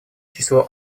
число